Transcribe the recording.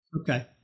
Okay